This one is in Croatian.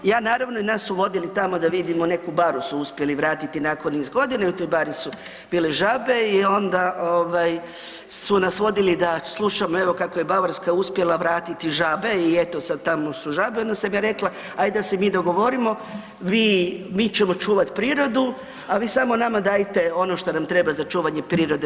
Ja naravno, nas su vodili tamo da vidimo neku baru su uspjeli vratiti nakon niz godina, u toj bari su bile žabe i onda ovaj, su nas vodili da slušamo evo, kako je Bavarska uspjela vratiti žabe i eto, sad tamo su žabe i onda sam ja rekla, ajde da se mi dogovorimo, vi, mi ćemo čuvati prirodu, a vi samo nama dajte ono što nam treba za čuvanje prirode.